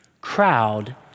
crowd